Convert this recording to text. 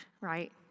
right